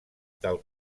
del